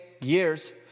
years